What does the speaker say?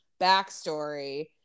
backstory